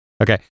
Okay